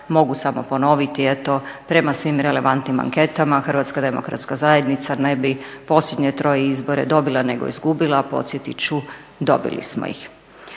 Mogu samo ponoviti eto prema svim relevantnim anketama Hrvatska demokratska zajednica ne bi posljednje troje izbore dobila nego izgubila, a podsjetit ću dobili smo ih.